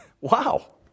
Wow